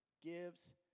Gives